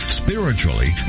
spiritually